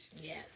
Yes